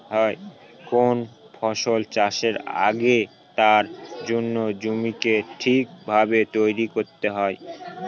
কোন ফসল চাষের আগে তার জন্য জমিকে ঠিক ভাবে তৈরী করতে হয়